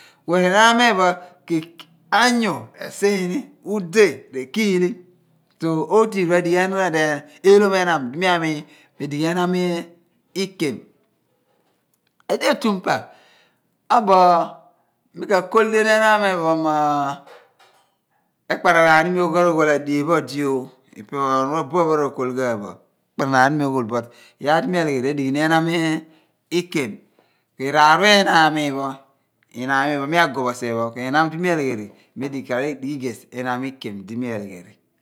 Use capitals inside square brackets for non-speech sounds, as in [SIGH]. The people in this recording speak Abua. Ku ehnam mo ephen pho, [HESITATION] anyu resiiny ni, ude rekiil ni so otiir adighi enon odi ehlom ehnam di mi amiin mo edighi ehnam ikem edi etiim po obo mi ka kol dien ehnam ephon mo [HESITATION] ekparanaan iimi okar oghol adien pho odi ooh ipe ohnu abuen pho r'okol ghan bo ikparanaan iim oghol but idi mi alegheri edeghi ni ehnam ikem ku iraar pho